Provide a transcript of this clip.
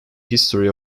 history